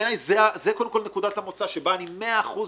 בעיניי זו נקודת המוצא שבה אני במאה אחוז,